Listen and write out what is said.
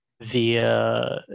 via